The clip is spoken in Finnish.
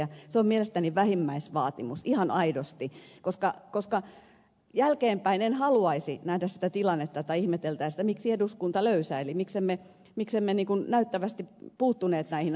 se on mielestäni vähimmäisvaatimus ihan aidosti koska jälkeenpäin en haluaisi nähdä sitä tilannetta että ihmeteltäisiin miksi eduskunta löysäili miksemme näyttävästi puuttuneet näihin asioihin